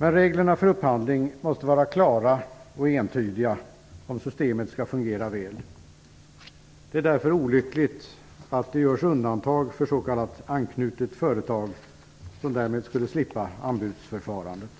Men reglerna för upphandling måste vara klara och entydiga om systemet skall fungera väl. Det är därför olyckligt att det görs undantag för s.k. anknutet företag som därmed slipper anbudsförfarandet.